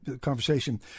conversation